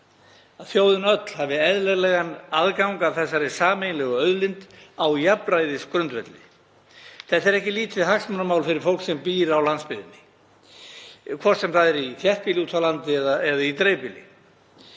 þjóðin öll hafi eðlilegan aðgang að þessari sameiginlegu auðlind á jafnræðisgrundvelli. Þetta er ekki lítið hagsmunamál fyrir fólk sem býr á landsbyggðinni, hvort sem það er í þéttbýli úti á landi eða í dreifbýli,